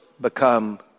become